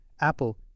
Apple